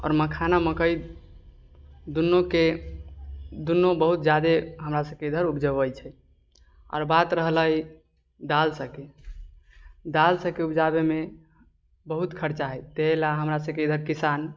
आओर मखाना मकइ दुनूके दुनू बहुत ज्यादे हमरासबके इधर उपजाबै छै आओर बात रहलै दाल सबके दाल सबके उपजाबैमे बहुत खर्चा हइ ताहिलए हमरासबके इधर किसान